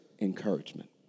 Encouragement